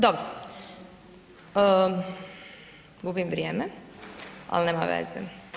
Dobro, gubim vrijeme ali nema veze.